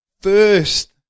first